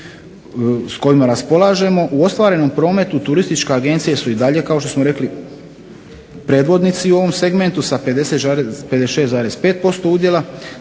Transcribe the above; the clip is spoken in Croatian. u ostvarenom prometu turističke agencije su i dalje kao što smo rekli predvodnici u ovom segmentu sa 56,5% udjela,